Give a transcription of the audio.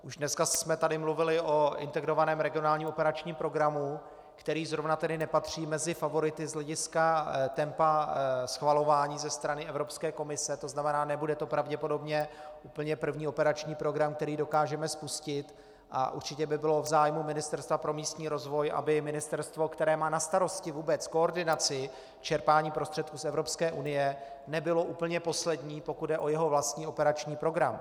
Už dnes jsme tu mluvili o Integrovaném regionálním operačním programu, který zrovna tedy nepatří mezi favority z hlediska tempa schvalování ze strany Evropské komise, tzn. nebude to pravděpodobně úplně první operační program, který dokážeme spustit, a určitě by bylo v zájmu Ministerstva pro místní rozvoj, aby ministerstvo, které má na starosti vůbec koordinaci čerpání prostředků z Evropské unie, nebylo úplně poslední, pokud jde o jeho vlastní operační program.